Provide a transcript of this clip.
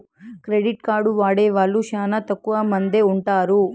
credit card వాడే వాళ్ళు శ్యానా తక్కువ మందే ఉంటారు